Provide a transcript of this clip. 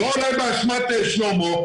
אולי לא באשמת שלמה,